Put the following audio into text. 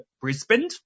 Brisbane